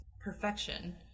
perfection